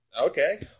Okay